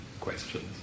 questions